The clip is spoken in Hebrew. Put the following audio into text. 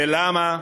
ולמה?